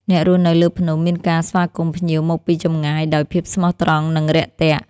អ្នករស់នៅលើភ្នំ មានការស្វាគមន៍ភ្ញៀវមកពីចម្ងាយដោយភាពស្មោះត្រង់ និងរាក់ទាក់។